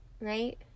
Right